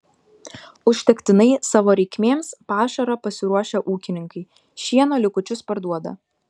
užtektinai savo reikmėms pašaro pasiruošę ūkininkai šieno likučius parduoda